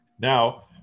Now